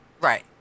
Right